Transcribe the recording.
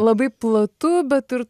labai platu bet ir